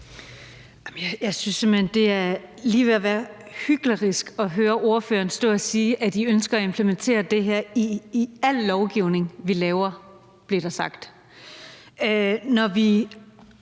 er lige ved at være hyklerisk at høre ordføreren stå og sige, at SF ønsker at implementere det her i al lovgivning, vi laver,